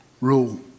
rule